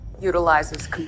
utilizes